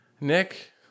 Nick